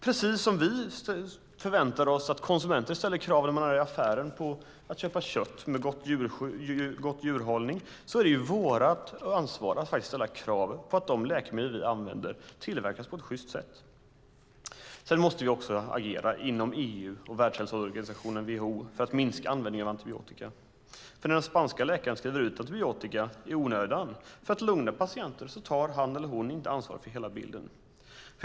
Precis som vi förväntar oss att konsumenter ställer krav när de är i affären och köper kött med god djurhållning är det vårt ansvar att ställa krav på att de läkemedel vi använder tillverkas på ett sjyst sätt. Sedan måste vi också agera inom EU och Världshälsoorganisationen, WHO, för att minska användningen av antibiotika. När den spanska läkaren skriver ut antibiotika i onödan, för att lugna patienten, tar han eller hon nämligen inte ansvar för hela bilden.